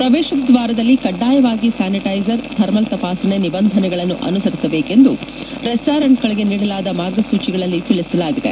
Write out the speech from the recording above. ಪ್ರವೇಶ ದ್ವಾರದಲ್ಲಿ ಕಡ್ಡಾಯವಾಗಿ ಸ್ಥಾನಿಟ್ಟೆಜರ್ ಥರ್ಮಲ್ ತಪಾಸಣೆ ನಿಬಂಧನೆಗಳನ್ನು ಅನುಸರಿಸಬೇಕು ಎಂದು ರೆಸ್ನೋರೆಂಟ್ಗಳಗೆ ನೀಡಲಾದ ಮಾರ್ಗಸೂಚಿಗಳಲ್ಲಿ ತಿಳಿಸಲಾಗಿದೆ